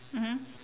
mmhmm